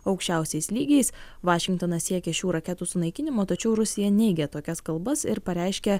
aukščiausiais lygiais vašingtonas siekia šių raketų sunaikinimo tačiau rusija neigia tokias kalbas ir pareiškė